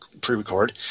pre-record